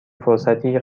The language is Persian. فرصتی